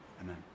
Amen